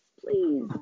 please